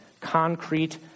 Concrete